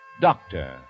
doctor